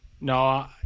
no